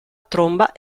tromba